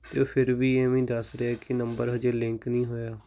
ਇਹ ਫਿਰ ਵੀ ਐਵੇਂ ਹੀ ਦੱਸ ਰਿਹਾ ਕੇ ਨੰਬਰ ਹਜੇ ਲਿੰਕ ਨਹੀਂ ਹੋਇਆ